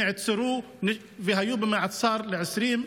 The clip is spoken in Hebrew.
נעצרו והיו במעצר ל-20,